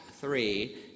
Three